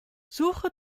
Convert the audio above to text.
suche